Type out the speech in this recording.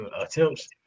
attempts